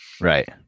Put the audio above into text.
right